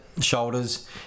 shoulders